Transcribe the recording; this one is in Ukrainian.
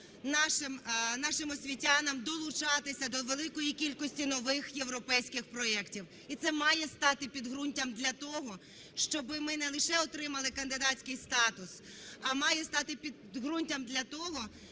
нашим освітянам долучатися до великої кількості нових європейських проектів. І це має стати підґрунтям для того, щоб ми не лише отримали кандидатський статус, а має стати підґрунтям для того,